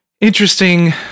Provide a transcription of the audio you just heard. interesting